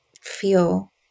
feel